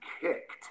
kicked